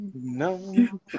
no